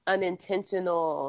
Unintentional